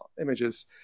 images